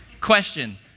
Question